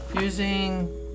using